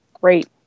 Great